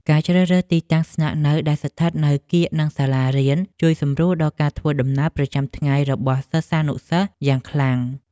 ការជ្រើសរើសទីតាំងស្នាក់នៅដែលស្ថិតនៅកៀកនឹងសាលារៀនជួយសម្រួលដល់ការធ្វើដំណើរប្រចាំថ្ងៃរបស់សិស្សានុសិស្សយ៉ាងខ្លាំង។